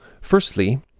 firstly